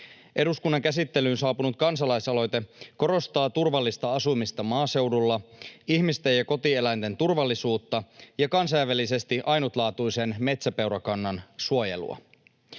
Eduskunnan käsittelyyn saapunut kansalaisaloite korostaa turvallista asumista maaseudulla, ihmisten ja kotieläinten turvallisuutta ja kansainvälisesti ainutlaatuisen metsäpeurakannan suojelua.